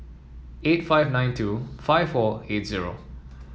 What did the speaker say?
eight five nine two five four eight zero